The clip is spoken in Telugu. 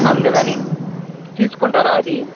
అందుకని తీసుకుంటారా అదీ